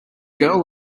girl